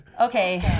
Okay